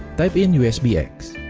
type in usbx